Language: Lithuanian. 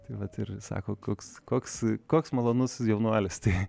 tai vat ir sako koks koks koks malonus jaunuolis tai